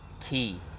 key